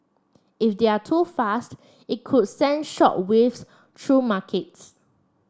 if they're too fast it could send shock waves true markets